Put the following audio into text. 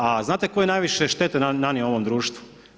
A znate tko je najviše štete nanio ovom društvu?